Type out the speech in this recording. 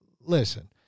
listen